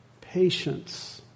Patience